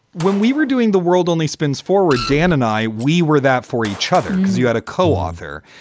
when we were doing the world only spins forward, dan and i, we were that for each others. you had a co-author.